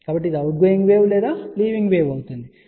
కాబట్టి ఇది outgoing wave లేదా లీవింగ్ వేవ్ అవుతుంది సరే